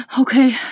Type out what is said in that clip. Okay